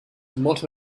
motto